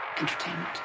Entertainment